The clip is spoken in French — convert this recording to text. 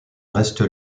reste